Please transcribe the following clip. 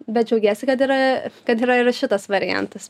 bet džiaugiesi kad yra kad yra ir šitas variantas